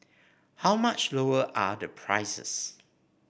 how much lower are the prices